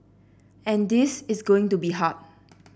and this is going to be hard